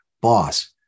Boss